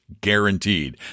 guaranteed